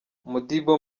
modibo